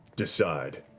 decide.